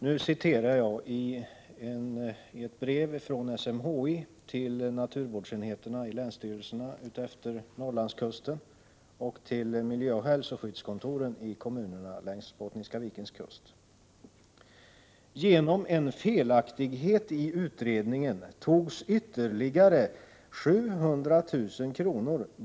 Nu citerar jag ur ett brev från SMHI till naturvårdsenheterna vid länsstyrelserna utefter Norrlandskusten och till miljöoch hälsoskyddskontoren i kommunerna längs Bottniska vikens kust: ”Genom en felaktighet i utredningen togs ytterligare 700 000 kr.